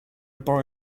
borrow